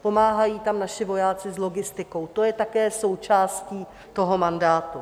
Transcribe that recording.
Pomáhají tam naši vojáci s logistikou, to je také součástí toho mandátu.